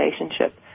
Relationship